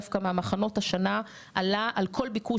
דווקא מהמחנות השנה עלה על כל ביקוש